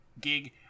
gig